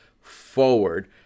forward